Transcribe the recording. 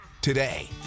today